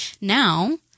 now